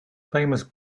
famous